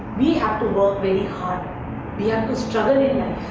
we have to work very hard we have to struggle in